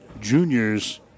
juniors